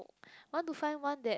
want to find one that